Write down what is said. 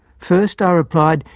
first, i replied,